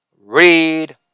Read